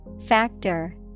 Factor